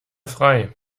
frei